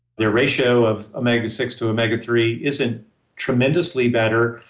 their ratio of omega six to omega three isn't tremendously better,